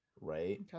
Right